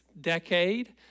decade